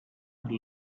nel